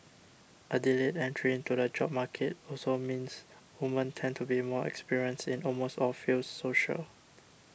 a delayed entry into the job market also means women tend to be more experienced in almost all fields social